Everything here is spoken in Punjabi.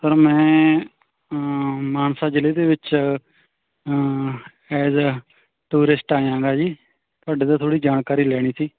ਸਰ ਮੈਂ ਮਾਨਸਾ ਜ਼ਿਲ੍ਹੇ ਦੇ ਵਿੱਚ ਐਜ ਏ ਟੂਰਿਸਟ ਆਇਆ ਗਾ ਜੀ ਤੁਹਾਡੇ ਤੋਂ ਥੋੜ੍ਹੀ ਜਾਣਕਾਰੀ ਲੈਣੀ ਸੀ